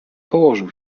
położył